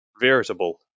Veritable